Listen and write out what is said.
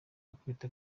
bakubita